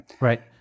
Right